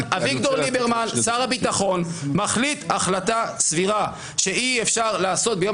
שר הביטחון אביגדור ליברמן מחליט החלטה סבירה שאי אפשר לעשות ביום